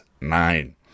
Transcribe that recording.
Nine